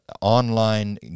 online